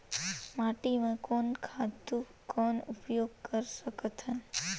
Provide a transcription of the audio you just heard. माटी म कोन खातु कौन उपयोग कर सकथन?